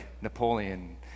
Napoleon